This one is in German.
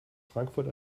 frankfurt